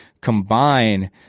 combine